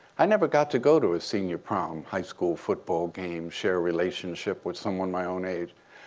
i never got to go to a senior prom, high school football game, share a relationship with someone my own age.